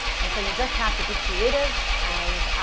and so you just have to be creative and